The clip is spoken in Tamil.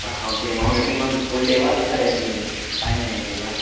ஆ ஓகே மேம் எப்படி மேம் ஃபுல் டேவா இல்லை எப்படி டைம்மிங் எப்படி மேம்